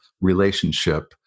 relationship